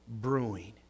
brewing